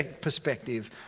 perspective